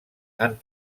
han